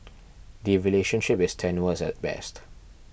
the relationship is tenuous at best